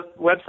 website